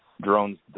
drones